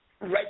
right